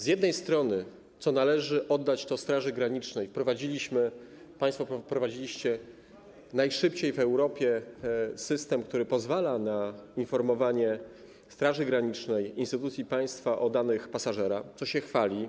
Z jednej strony - należy oddać to Straży Granicznej - państwo wprowadziliście najszybciej w Europie system, który pozwala na informowanie Straży Granicznej, instytucji państwa o danych pasażerach, co się chwali.